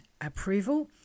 approval